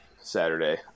Saturday